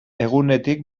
egunetik